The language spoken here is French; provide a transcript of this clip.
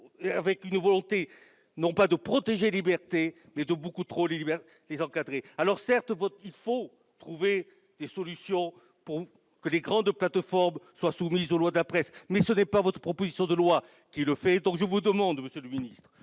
avec la volonté, non pas de protéger les libertés, mais de beaucoup trop les encadrer. Certes, il faut trouver des solutions pour que les grandes plateformes soient soumises aux lois de la presse, mais ce n'est pas ce que votre proposition de loi prévoit ! Je vous demande donc, monsieur le ministre,